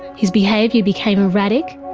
his behaviour became erratic,